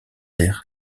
der